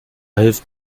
hilft